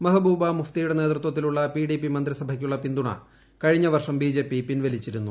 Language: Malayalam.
മെഹ്ബൂബ മുഫ്തിയുടെ നേതൃത്വത്തിലുള്ളപിഡിപി മന്ത്രിസഭയ്ക്കുള്ള പിന്തുണ കഴിഞ്ഞ വർഷം ബിജെപി പിൻവലിച്ചിരുന്നു